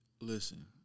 listen